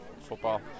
Football